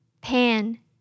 Pan